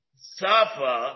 Safa